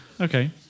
okay